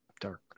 Dark